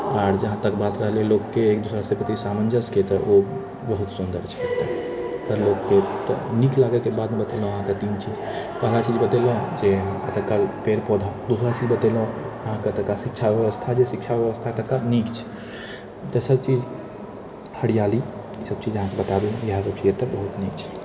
आओर जहाँ तक बात रहलै लोकके एक दोसराके प्रति सामञ्जस्यके तऽ ओ बहुत सुन्दर छै एतऽ एतऽ लोकके नीक लागैके बात बतेलहुँ अहाँके तीन चीज पहिला चीज बतेलहुँ जे एतौका पेड़ पौधा दूसरा चीज बतेलहुँ अहाँके एतौका शिक्षा बेबस्था शिक्षा बेबस्था जे एतौका नीक छै तेसर चीज हरिआली ईसब चीज अहाँके बता देलहुँ इएहसब चीज एतऽ बहुत नीक छै